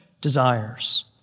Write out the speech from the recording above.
desires